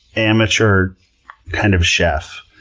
amateur kind of chef,